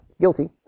Guilty